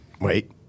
Wait